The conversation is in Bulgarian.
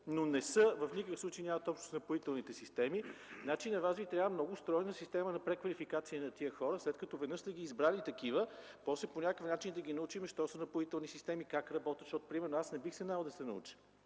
но в никакъв случай нямат общо с напоителните системи. Значи, на Вас Ви трябва много стройна система на преквалификация на тези хора – след като веднъж сме ги избрали такива, после по някакъв начин да ги научим що са това „Напоителни системи”, как работят. Примерно аз не бих се наел да се науча.